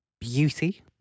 beauty